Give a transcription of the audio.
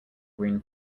green